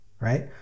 right